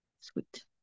Sweet